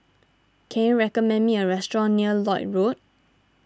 can you recommend me a restaurant near Lloyd Road